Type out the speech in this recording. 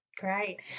Great